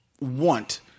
want